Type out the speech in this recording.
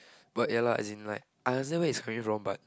but ya lah as in like I understand where he's coming from but